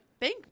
Thank